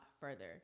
further